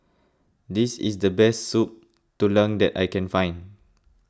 this is the best Soup Tulang that I can find